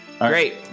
Great